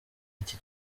iki